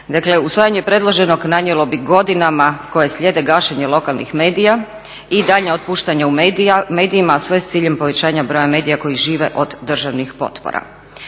usvajanje predloženog nanijelo bi godinama koje slijede gašenje lokalnih medija i daljnja otpuštanja u medijima, a sve s ciljem povećanja broja medija koji žive od državnih potpora.